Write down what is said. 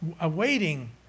Awaiting